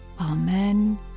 amen